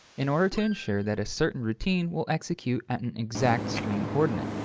in order to ensure that a certain routine will execute at an exact screen coordinate.